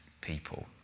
people